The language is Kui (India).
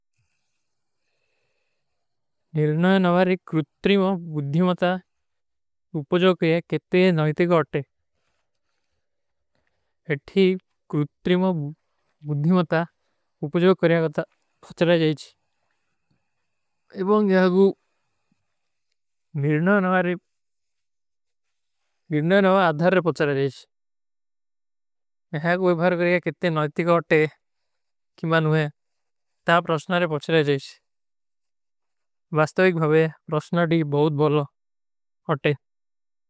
ନିର୍ଣା ନଵାରେ କୃତ୍ରୀ ମାଂ ବୁଦ୍ଧିମତା ଉପଜଵ କରିଯା କେତେ ନଯତିକ ଅଟେ। ଏବଂଗ ଯାଗୂ ନିର୍ଣା ନଵାରେ ଅଧ୍ଧାର ରେ ପଚଲା ଜାଈଶ। ଯାଗ ଵେଭାର କରିଯା କେତେ ନଯତିକ ଅଟେ କୀମା ନୁହେ ତା ପ୍ରସ୍ଣାରେ ପଚଲା ଜାଈଶ। ଵାସ୍ତଵିକ ଭଵେ ରୋଷନାଡୀ ବହୁତ ବୋଲୋ ଅଟେ।